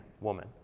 woman